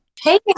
hey